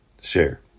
Share